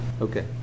Okay